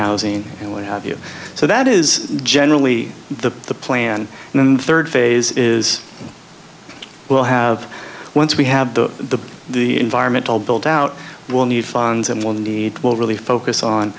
housing and what have you so that is generally the plan and the third phase is we'll have once we have the the environmental build out we'll need funds and we'll need will really focus on